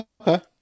Okay